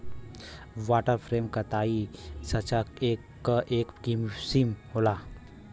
water frame कताई साँचा क एक किसिम होला